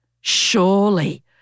Surely